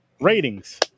ratings